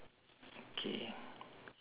okay